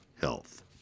Health